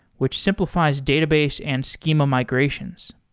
which simplifies database and schema migrations.